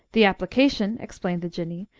the application, explained the jinnee,